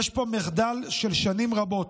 יש פה מחדל של שנים רבות.